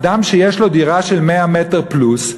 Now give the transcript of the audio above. אדם שיש לו דירה של 100 מטר פלוס,